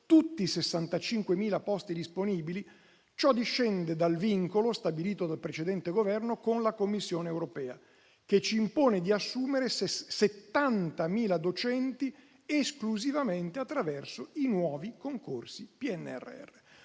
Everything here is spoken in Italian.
tutti i 65.000 posti disponibili, ciò discende dal vincolo stabilito dal precedente Governo con la Commissione europea, che ci impone di assumere 70.000 docenti esclusivamente attraverso i nuovi concorsi PNRR.